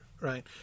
right